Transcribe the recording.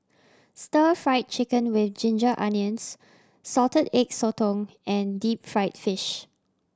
Stir Fried Chicken With Ginger Onions Salted Egg Sotong and deep fried fish